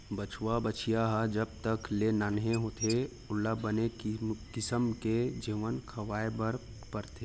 बछवा, बछिया ह जब तक ले नान्हे होथे ओला बने किसम के जेवन खवाए बर परथे